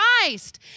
Christ